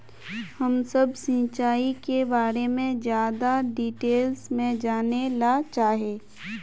हम सब सिंचाई के बारे में ज्यादा डिटेल्स में जाने ला चाहे?